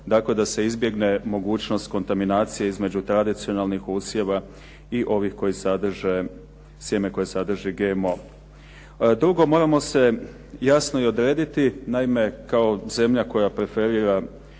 tako da se izbjegne mogućnost kontaminacije između tradicionalnih usjeva i ovih koji sadrže sjeme koje sadrži GMO. Drugo, moramo se jasno i odrediti. Naime, kao zemlja koja preferira,